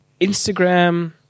Instagram